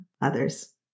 others